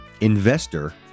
investor